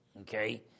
Okay